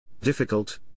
difficult